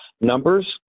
numbers